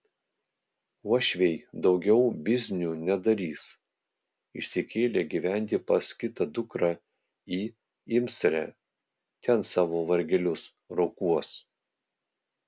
uošviai daugiau biznių nedarys išsikėlė gyventi pas kitą dukrą į imsrę ten savo vargelius rokuos